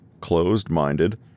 closed-minded